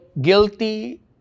guilty